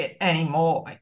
anymore